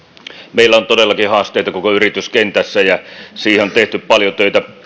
meillä on todellakin haasteita koko yrityskentässä ja siinä on tehty paljon töitä